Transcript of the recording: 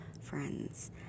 friends